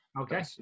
okay